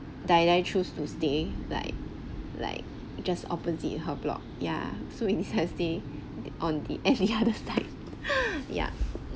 die die choose to stay like like just opposite her block yeah so to in to stay on the any other side ya